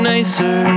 nicer